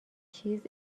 چیز